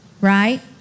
right